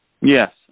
Yes